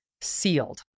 sealed